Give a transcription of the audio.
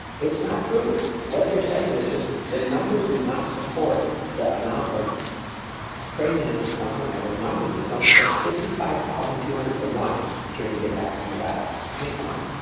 it's not true. what they're saying is just. the numbers do not support the amount of craziness that's going on right now. the numbers just don't support it. sixty five thousand two hundred to one, that you're gonna get that in nevada. i mean, come on.